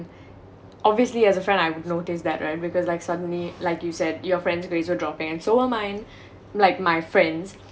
obviously as a friend I'd notice that right because like suddenly like you said your friend grades were dropping and so were mine like my friends